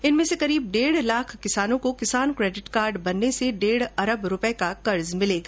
इनमें से करीब डेढ लाख किसानों को किसान केडिट कार्ड बनने से डेढ अरब रूपर्ये का कर्ज मिलेगा